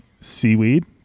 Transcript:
seaweed